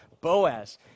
Boaz